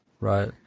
Right